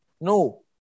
No